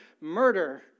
murder